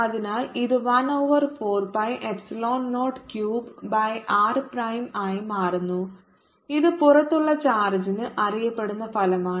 അതിനാൽ ഇത് 1 over 4 pi epsilon 0 q by r prime ആയി മാറുന്നു ഇത് പുറത്തുള്ള ചാർജിന് അറിയപ്പെടുന്ന ഫലമാണ്